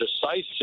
decisive